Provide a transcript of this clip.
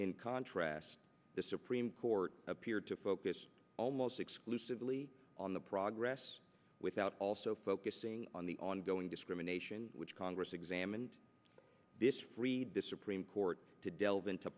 in contrast the supreme court appeared to focus almost exclusively on the progress without also focusing on the ongoing discrimination which congress examined this freed the supreme court to delve into